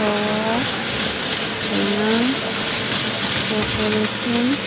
power finance corporation